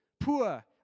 poor